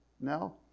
no